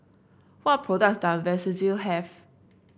what products does Vagisil have